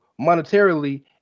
monetarily